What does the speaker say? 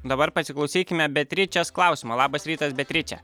dabar pasiklausykime beatričės klausimo labas rytas beatriče